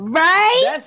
right